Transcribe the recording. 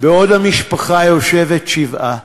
בעוד המשפחה יושבת שבעה.